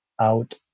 out